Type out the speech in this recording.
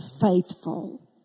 faithful